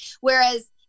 Whereas